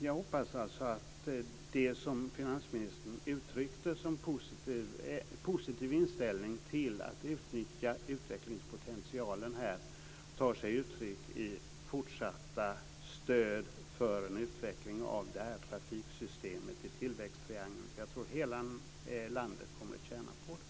Jag hoppas alltså att det som finansministern uttryckte som positiv inställning till att utnyttja utvecklingspotentialen här tar sig uttryck i fortsatta stöd för en utveckling av trafiksystemet i tillväxttriangeln. För jag tror att hela landet kommer att tjäna på det.